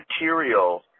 material